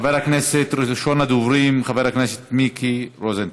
ראשון הדוברים, חבר הכנסת מיקי רוזנטל.